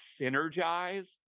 synergize